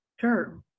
Sure